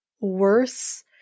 worse